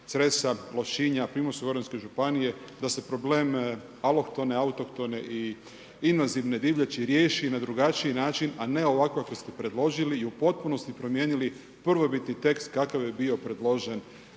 Cresa, Lošinja, Primorsko-goranske županije, da se problem alohtone, autohtone i invazivne divljači riješi na drugačiji način, a ne ovako kako ste predložili i u potpunosti promijenili prvobitni tekst kakav je bio predložen